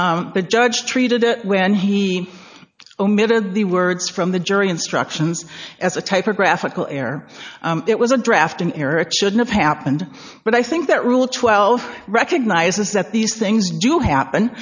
and the judge treated it when he omitted the words from the jury instructions as a typographical error it was a drafting erik should have happened but i think that rule twelve recognizes that these things do happen